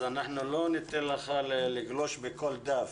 אנחנו לא ניתן לך לגלוש לכל דף